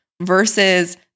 versus